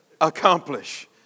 accomplish